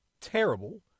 terrible